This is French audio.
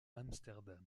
amsterdam